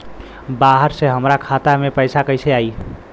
बाहर से हमरा खाता में पैसा कैसे आई?